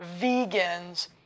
vegans